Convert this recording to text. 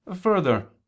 Further